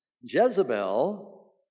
Jezebel